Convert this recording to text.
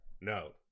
no